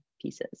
pieces